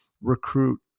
recruit